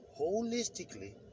holistically